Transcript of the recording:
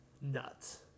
nuts